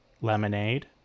lemonade